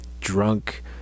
drunk